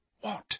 What